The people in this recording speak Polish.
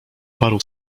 paru